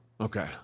Okay